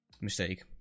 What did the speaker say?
mistake